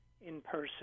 in-person